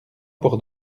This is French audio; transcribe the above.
pour